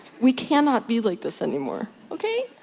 we cannot be like this anymore. ok?